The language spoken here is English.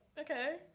Okay